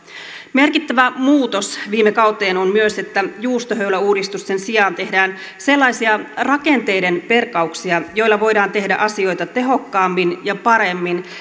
merkittävä muutos viime kauteen on myös että juustohöyläuudistusten sijaan tehdään sellaisia rakenteiden perkauksia joilla voidaan tehdä asioita tehokkaammin ja paremmin